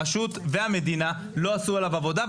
הרשות והמדינה לא עשו עליו עבודה,